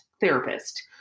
therapist